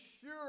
sure